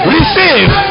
Receive